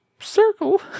circle